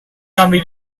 kami